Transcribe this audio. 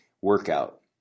workout